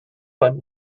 beim